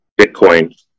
Bitcoin